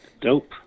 Dope